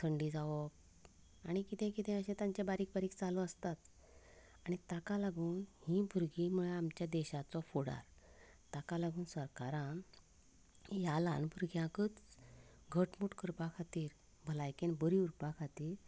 तांकां थंडी जावप आनी कितें कितें अशें तांचें बारीक बारीक चालू आसताच आनी ताका लागून हीं भुरगीं म्हणल्यार आमच्या देशाचो फुडार ताका लागून सरकारान ह्या ल्हान भुरग्यांकच घटमूट करपा खातीर भलायकेंत बरीं उरपा खातीर